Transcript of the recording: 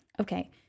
Okay